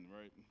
right